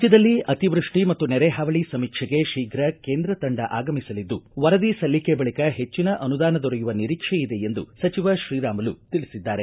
ರಾಜ್ಯದಲ್ಲಿ ಅತಿವೃಷ್ಠಿ ಮತ್ತು ನೆರೆ ಹಾವಳಿ ಸಮೀಕ್ಷೆಗೆ ಶೀಘು ಕೇಂದ್ರ ತಂಡ ಆಗಮಿಸಲಿದ್ದು ವರದಿ ಸಲ್ಲಿಕೆ ಬಳಿಕ ಹೆಚ್ಚಿನ ಅನುದಾನ ದೊರೆಯುವ ನಿರೀಕ್ಷೆ ಇದೆ ಎಂದು ಸಚಿವ ಶ್ರೀರಾಮುಲು ತಿಳಿಸಿದ್ದಾರೆ